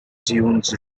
dunes